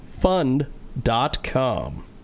fund.com